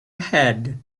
head